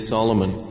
Solomon